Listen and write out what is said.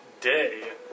day